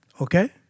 Okay